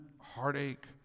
heartache